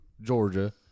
Georgia